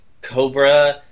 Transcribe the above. Cobra